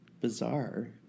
bizarre